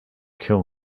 kill